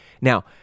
Now